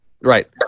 Right